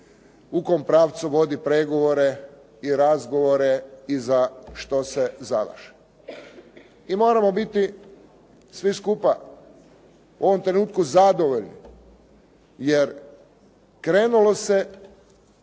u kom pravcu vodi pregovore i razgovore i za što se zalaže. I moramo biti svi skupa u ovom trenutku zadovoljni, jer krenulo se